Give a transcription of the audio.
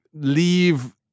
leave